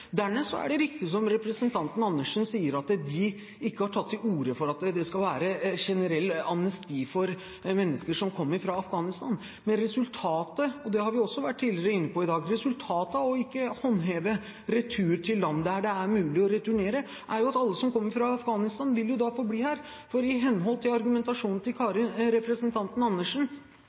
Dernest er det riktig, som representanten Andersen sier, at vi ikke har tatt til orde for at det skal være et generelt amnesti for mennesker som kommer fra Afghanistan. Men resultatet, og det har vi også tidligere vært inne på i dag, av ikke å håndheve retur til land det er mulig å returnere til, er jo at alle som kommer fra Afghanistan, vil få bli her, for i henhold til argumentasjonen til representanten Andersen